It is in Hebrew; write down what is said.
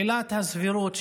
עילת הסבירות,